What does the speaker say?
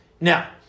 Now